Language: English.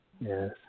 Yes